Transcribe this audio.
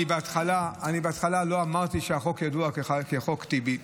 אני בהתחלה לא אמרתי שהחוק ידוע כ"חוק טיבי",